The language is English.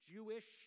Jewish